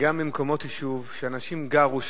גם ממקומות יישוב שאנשים גרו שם,